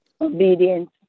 Obedience